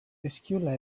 eskiula